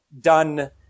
done